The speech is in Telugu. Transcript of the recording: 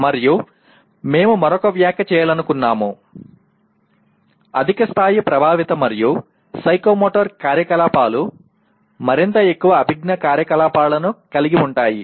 మరియు మేము మరొక వ్యాఖ్య చేయాలనుకున్నాము అధిక స్థాయి ప్రభావిత మరియు సైకోమోటర్ కార్యకలాపాలు మరింత ఎక్కువ అభిజ్ఞా కార్యకలాపాలను కలిగి ఉంటాయి